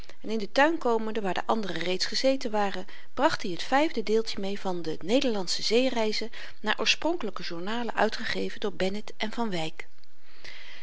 zou in den tuin komende waar de anderen reeds gezeten waren bracht i t vyfde deeltje mee van de nederlandsche zeereizen naar oorspronkelyke journalen uitgegeven door bennet en van wyk